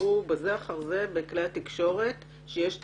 שדיברו בזה אחר זה בכלי התקשורת שיש צורך,